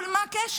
אבל מה הקשר?